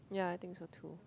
yeah I think so too